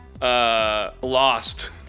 Lost